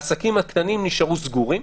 העסקים הקטנים נשארו סגורים,